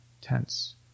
tense